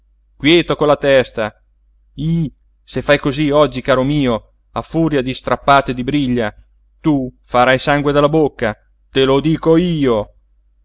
quieto con la testa ih se fai cosí oggi caro mio a furia di strappate di briglia tu farai sangue dalla bocca te lo dico io